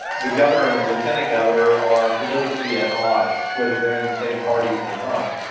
the governor and the lieutenant governor are politically at odds whether they're in the same party or not.